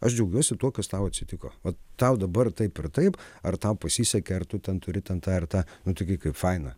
aš džiaugiuosi tuo kas tau atsitiko vat tau dabar taip ir taip ar tau pasisekė ar tu ten turi ten tą ir tą nu taigi kaip faina